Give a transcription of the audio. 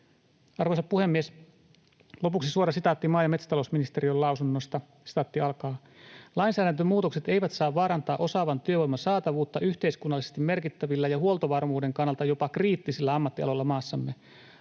Arvoisa puhemies! Lopuksi suora sitaatti maa- ja metsätalousministeriön lausunnosta: ”Lainsäädäntömuutokset eivät saa vaarantaa osaavan työvoiman saatavuutta yhteiskunnallisesti merkittävillä ja huoltovarmuuden kannalta jopa kriittisillä ammattialoilla maassamme.